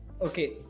Okay